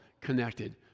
connected